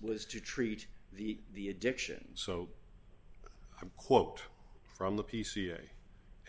was to treat the the addiction so quote from the p c a